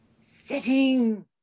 sitting